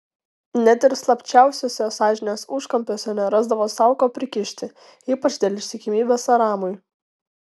net ir slapčiausiuose sąžinės užkampiuose nerasdavo sau ko prikišti ypač dėl ištikimybės aramui